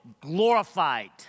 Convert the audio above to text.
glorified